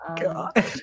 god